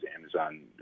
Amazon